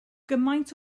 gymaint